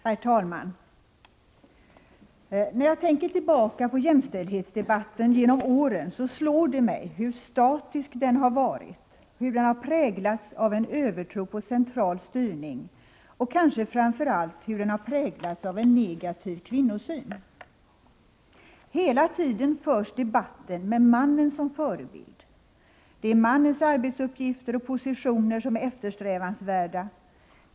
Herr talman! När jag tänker tillbaka på jämställdhetsdebatten genom åren så slår det mig hur statisk den varit, hur den har präglats av en övertro på central styrning och kanske framför allt hur den har präglats av en negativ kvinnosyn. Hela tiden förs debatten med mannen som förebild. Det är mannens arbetsuppgifter och positioner som är eftersträvansvärda.